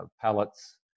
pallets